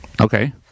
okay